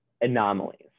anomalies